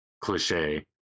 cliche